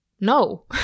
no